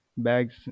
bags